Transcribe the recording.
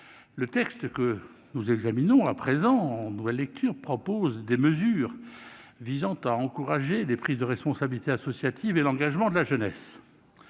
Le texte que nous examinons en deuxième lecture contient des mesures visant à encourager la prise de responsabilité associative et l'engagement de la jeunesse.